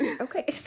Okay